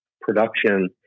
production